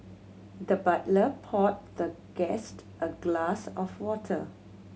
the butler poured the guest a glass of water